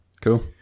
cool